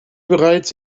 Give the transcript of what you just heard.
bereits